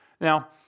Now